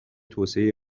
توسعه